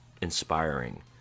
inspiring